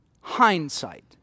hindsight